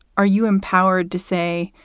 are you empowered to say,